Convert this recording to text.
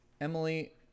Emily